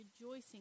rejoicing